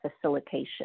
facilitation